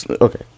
Okay